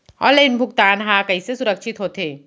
Online भुगतान हा कइसे सुरक्षित होथे?